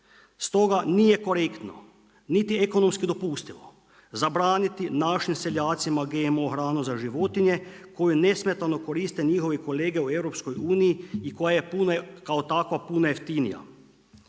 S toga nije korektno niti ekonomski dopustivo zabraniti našim seljacima GMO hranu za životinje koju nesmetano koriste njihovi kolege u EU-u, i koja je takva puno jeftinija.